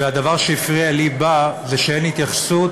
והדבר שהפריע לי בה זה שאין התייחסות